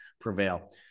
prevail